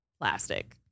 plastic